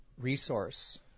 resource